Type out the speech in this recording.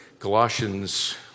Colossians